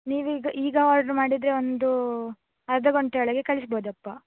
ನೀವೀಗ ಈಗ ಆರ್ಡ್ರ್ ಮಾಡಿದರೆ ಒಂದು ಅರ್ಧ ಗಂಟೆಯೊಳಗೆ ಕಳಿಸ್ಬೋದಪ್ಪ